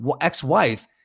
ex-wife